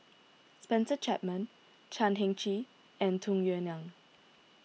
Spencer Chapman Chan Heng Chee and Tung Yue Nang